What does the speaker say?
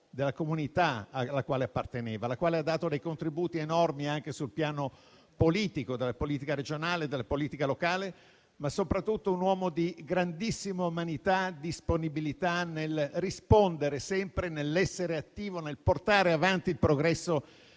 della comunità alla quale apparteneva, alla quale ha dato dei contributi enormi anche sul piano politico, della politica regionale e di quella locale. Soprattutto, però, era un uomo di grandissima umanità e disponibilità nel rispondere sempre, nell'essere attivo nel portare avanti il progresso